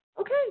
Okay